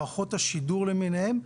מערכות השידור למיניהן,